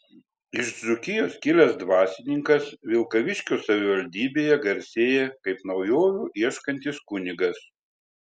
iš dzūkijos kilęs dvasininkas vilkaviškio savivaldybėje garsėja kaip naujovių ieškantis kunigas